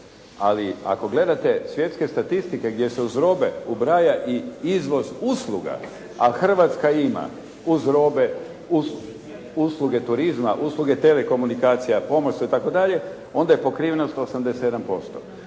ali ako gledate svjetske statistike gdje se uz robe ubraja i izvoz usluga, a Hrvatska ima uz robe, usluge turizma, usluge telekomunikacija, pomorstvo itd., onda je pokrivenost 87%.